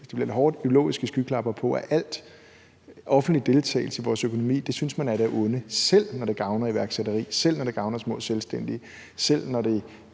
det bliver lidt hårdt – ideologiske skyklapper på med, at al offentlig deltagelse i vores økonomi synes man er af det onde, selv når det gavner iværksætteri, selv når det gavner små selvstændige, selv når det